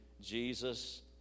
Jesus